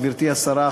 גברתי השרה,